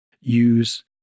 use